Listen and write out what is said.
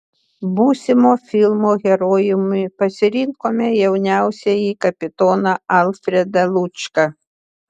būsimo filmo herojumi pasirinkome jauniausiąjį kapitoną alfredą lučką